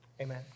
Amen